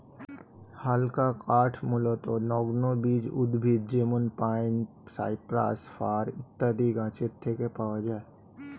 হালকা কাঠ মূলতঃ নগ্নবীজ উদ্ভিদ যেমন পাইন, সাইপ্রাস, ফার ইত্যাদি গাছের থেকে পাওয়া যায়